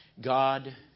God